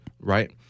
Right